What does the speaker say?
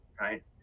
right